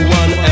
one